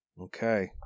Okay